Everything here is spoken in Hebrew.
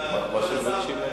עוד יאשימו,